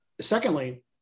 Secondly